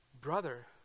brother